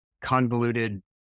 convoluted